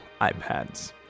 iPads